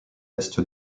est